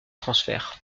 transfert